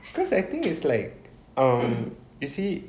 cause I think it's like um you see